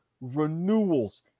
renewals